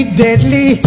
deadly